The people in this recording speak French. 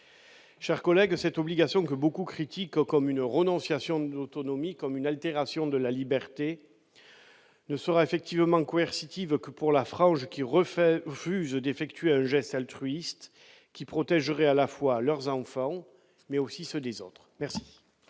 Chers collègues, cette obligation, que beaucoup critiquent et dénoncent comme une renonciation d'autonomie, comme une altération de la liberté, ne sera effectivement coercitive que pour la frange qui refuse d'effectuer un geste altruiste visant à protéger non seulement ses enfants, mais aussi ceux des autres. La